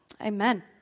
Amen